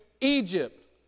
Egypt